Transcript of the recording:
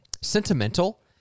sentimental